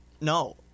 no